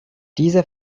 dieser